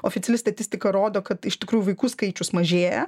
oficiali statistika rodo kad iš tikrųjų vaikų skaičius mažėja